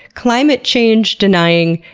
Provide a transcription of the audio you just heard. climate change-denying,